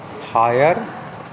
higher